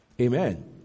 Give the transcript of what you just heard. Amen